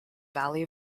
valley